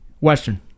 Western